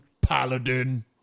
paladin